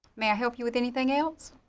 may i help you with anything else?